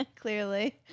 Clearly